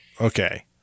Okay